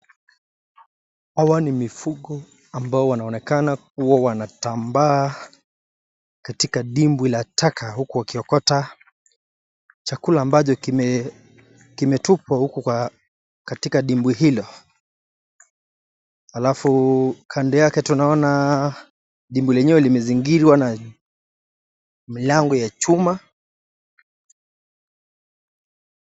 Hawa ni mifugo ambao wanaonekana uwa wanatambaa katika dimbwi la taka huku wakiokota chakula ambacho kimetupwa huku katika dimbwi hilo. Alafu kando yake tunaona dimbwi lenyewe limezingirwa na mlango ya chuma.